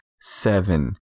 seven